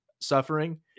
suffering